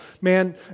man